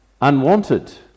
unwanted